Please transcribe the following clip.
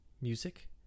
music